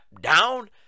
down